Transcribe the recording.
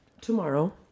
tomorrow